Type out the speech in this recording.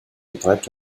betreibt